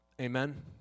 Amen